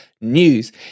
News